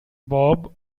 bob